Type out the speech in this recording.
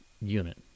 unit